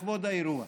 לכבוד האירוע.